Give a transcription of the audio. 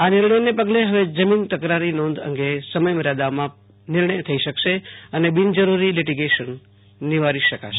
આ નિર્ણયને પગલે હવે જમીન તકરારી નોંધ અંગે સમય મર્યાદામાં નિર્ણય થઇ શકશે અને બિનજરૂરી લીટીગેશન નિવારી શકાશે